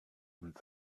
und